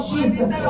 Jesus